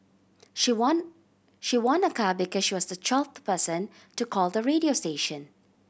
she won she won a car because she was the twelfth person to call the radio station